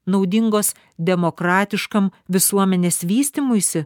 naudingos demokratiškam visuomenės vystymuisi